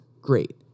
Great